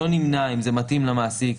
לא נמנע, אם זה מתאים למעסיק,